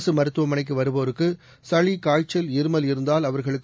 அரசு மருத்துவமனைக்கு வருவோருக்கு சளி காய்ச்சல் இருமல் இருந்தால் அவா்களுக்கு